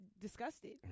disgusted